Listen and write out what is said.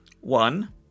one